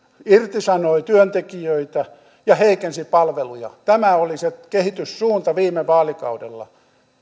irtisanoivat työntekijöitä ja heikensivät palveluja tämä oli se kehityssuunta viime vaalikaudella